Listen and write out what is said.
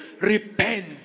repent